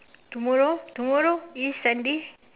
tomorrow tomorrow is Sunday